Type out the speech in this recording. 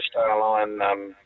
starline